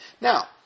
Now